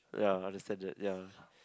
ya understand that ya